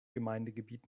gemeindegebiet